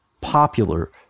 popular